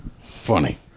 funny